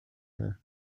her